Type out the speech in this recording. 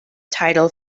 title